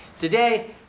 Today